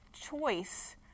choice